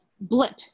blip